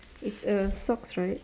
it's a socks right